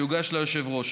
שיוגש ליושב-ראש.